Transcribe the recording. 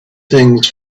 things